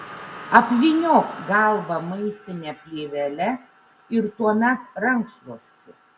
apvyniok galvą maistine plėvele ir tuomet rankšluosčiu